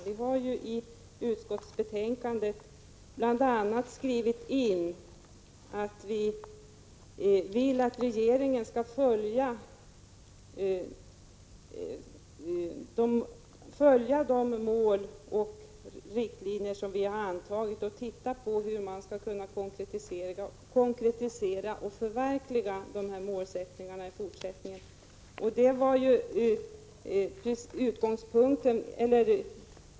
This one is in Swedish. Vi har bl.a. i utskottsbetänkandet skrivit in att vi vill att regeringen skall följa de mål och riktlinjer som vi antagit och se hur man skall kunna konkretisera och förverkliga målen.